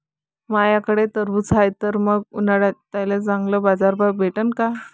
माह्याकडं टरबूज हाये त मंग उन्हाळ्यात त्याले चांगला बाजार भाव भेटन का?